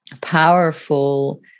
powerful